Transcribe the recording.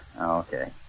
Okay